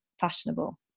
fashionable